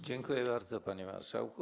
Dziękuję bardzo, panie marszałku.